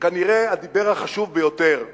שכנראה הדיבר החשוב ביותר הוא: